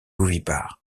ovipare